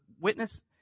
witness